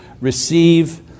receive